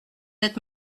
êtes